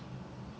cannot do anything